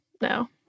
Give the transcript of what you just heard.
no